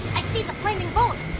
i see the flaming bolt!